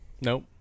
Nope